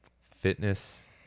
fitness